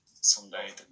someday